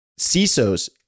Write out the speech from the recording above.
CISOs